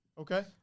Okay